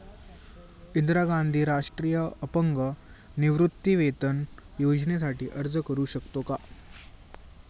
इंदिरा गांधी राष्ट्रीय अपंग निवृत्तीवेतन योजनेसाठी अर्ज करू शकतो का?